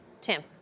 Tim